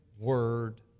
word